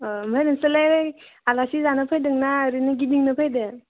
अ ओमफ्राय नोंसोरलाय आलासि जानो फैदोंना ओरैनो गिदिंनो फैदो